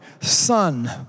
son